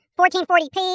1440p